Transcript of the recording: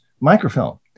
microfilm